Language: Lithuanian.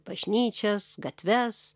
bažnyčias gatves